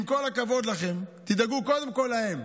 עם כל הכבוד לכם, תדאגו קודם כול להם,